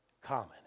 common